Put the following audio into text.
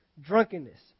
drunkenness